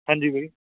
ਹਾਂਜੀ ਵੀਰੇ